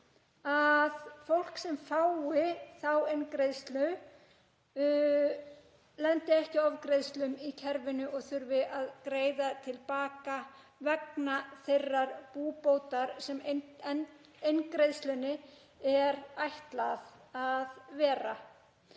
að fólk sem fái þá eingreiðslu lendi ekki í ofgreiðslum í kerfinu og þurfi að greiða til baka vegna þeirrar búbótar sem eingreiðslunni er ætlað að vera.